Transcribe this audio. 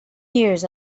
years